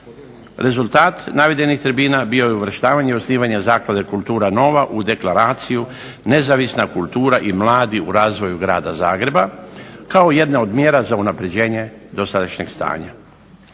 Rezultat navedenih tribina bio je uvrštavanje i osnivanje zaklade "Kultura nova" u deklaraciju nezavisna kultura i mladi u razvoju grada Zagreba, kao jedne od mjere za unapređenje dosadašnjeg stanja.